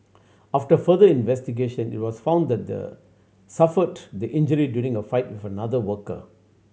after further investigation it was found that suffered the injury during a fight with another worker